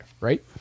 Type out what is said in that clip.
right